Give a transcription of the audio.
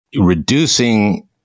reducing